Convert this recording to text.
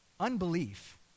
Unbelief